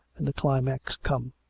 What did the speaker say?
and the cliipax come.